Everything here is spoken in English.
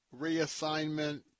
reassignment